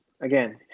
again